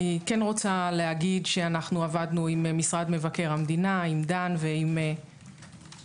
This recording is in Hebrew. אני כן רוצה להגיד שאנחנו עבדנו עם משרד מבקר המדינה עם דן ועם צחי